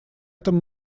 этом